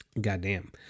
Goddamn